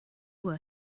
were